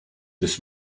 this